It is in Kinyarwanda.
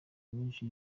myinshi